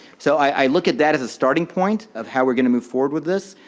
so, i look at that as a starting point of how we're going to move forward with this.